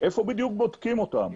איפה בדיוק בודקים אותם?